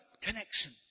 connection